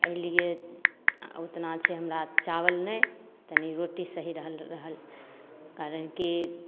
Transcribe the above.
अइलिये आओर ओतना अच्छे हमरा चावल नहि तनी रोटी सही रहल रहल कारण की